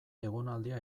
egonaldia